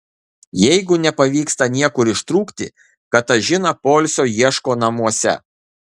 jeigu nepavyksta niekur ištrūkti katažina poilsio ieško namuose